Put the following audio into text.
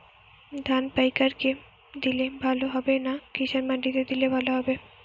ধান পাইকার কে দিলে ভালো হবে না কিষান মন্ডিতে দিলে ভালো হবে?